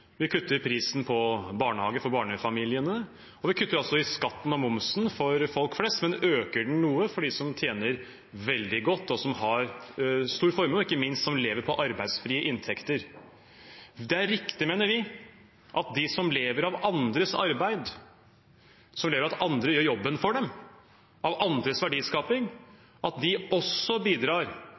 Vi kutter prisen på barnehage for barnefamiliene, og vi kutter i skatten og momsen for folk flest, men øker den noe for dem som tjener veldig godt, som har stor formue, og som ikke minst lever på arbeidsfrie inntekter. Det er riktig, mener vi, at de som lever av andres arbeid, som lever av at andre gjør jobben for dem, av andres verdiskaping, også bidrar tilbake til fellesskapet. De